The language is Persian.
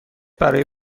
برای